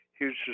huge